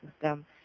system